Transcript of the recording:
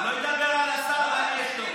הוא לא ידבר על השר ואני אשתוק.